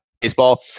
baseball